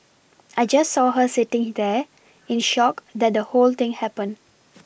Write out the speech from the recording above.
I just saw her sitting there in shock that the whole thing happened